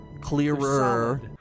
Clearer